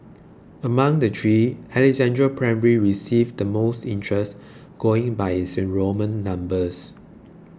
among the three Alexandra Primary received the most interest going by its enrolment numbers